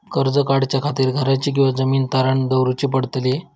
कर्ज काढच्या खातीर घराची किंवा जमीन तारण दवरूची पडतली?